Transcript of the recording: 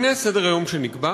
הנה סדר-היום שנקבע,